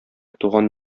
туган